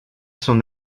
son